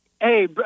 Hey